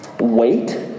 wait